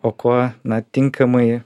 o kuo na tinkamai